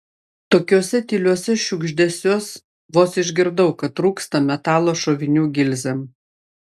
tokiuose tyliuose šiugždesiuos vos išgirdau kad trūksta metalo šovinių gilzėm